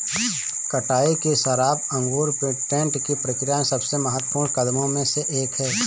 कटाई की शराब अंगूर विंटेज की प्रक्रिया में सबसे महत्वपूर्ण कदमों में से एक है